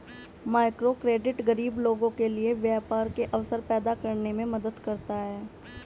microcredit गरीब लोगों के लिए व्यापार के अवसर पैदा करने में मदद करता है